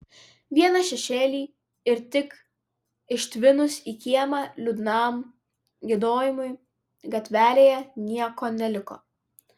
vieną šešėlį ir tik ištvinus į kiemą liūdnam giedojimui gatvelėje nieko neliko